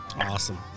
awesome